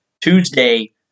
Tuesday